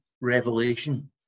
revelation